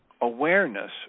awareness